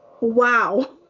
wow